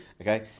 Okay